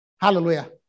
Hallelujah